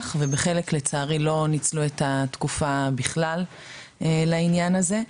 ובחלק לצערי לא ניצלו את התקופה בכלל לעניין הזה.